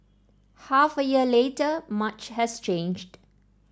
half a year later much has changed